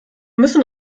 müssen